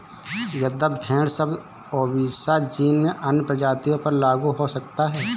यद्यपि भेड़ शब्द ओविसा जीन में अन्य प्रजातियों पर लागू हो सकता है